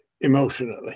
emotionally